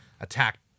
attacked